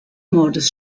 mordes